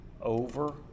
over